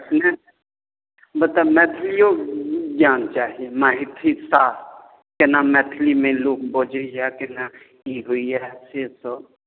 मतलब मैथिलियो ज्ञान चाही मैथली शास्त्र केना मैथलीमे लोक बजैया केना की होइया से सब